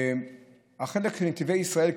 החלק של נתיבי ישראל,